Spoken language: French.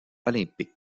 olympique